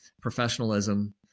Professionalism